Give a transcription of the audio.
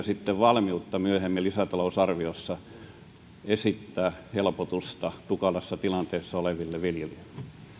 sitten valmiutta myöhemmin lisäta lousarviossa esittää helpotusta tukalassa tilanteessa oleville viljelijöille